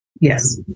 Yes